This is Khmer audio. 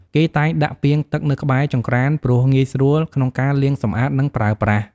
គេតែងដាក់ពាងទឹកនៅក្បែរចង្ក្រាន ព្រោះងាយស្រួលក្នុងការលាងសម្អាត និងប្រើប្រាស់។